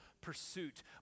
pursuit